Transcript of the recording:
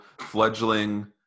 fledgling